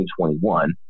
2021